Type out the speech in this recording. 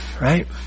right